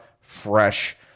fresh